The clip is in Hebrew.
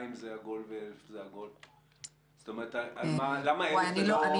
זאת אומרת, למה 1,000 ולא 1,200?